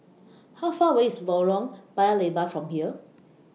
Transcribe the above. How Far away IS Lorong Paya Lebar from here